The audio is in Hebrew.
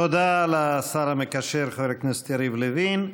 תודה לשר המקשר חבר הכנסת יריב לוין.